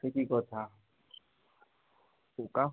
সে কি কথা পোকা